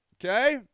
Okay